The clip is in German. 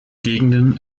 gegenden